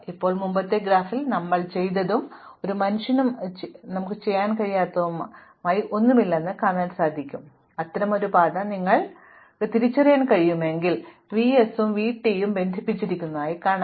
ഇപ്പോൾ മുമ്പത്തെ ഗ്രാഫിൽ ഞങ്ങൾ ചെയ്തതും ഒരു മനുഷ്യനായി നമുക്ക് ചെയ്യാൻ കഴിയുന്നതും ഗ്രാഫ് പരിശോധിച്ച് കാണുക അത്തരമൊരു പാത നിങ്ങൾക്ക് ദൃശ്യപരമായി തിരിച്ചറിയാൻ കഴിയുമെങ്കിൽ v s ഉം v t ഉം ബന്ധിപ്പിച്ചിരിക്കുന്നതായി കാണുക